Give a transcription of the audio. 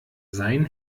sein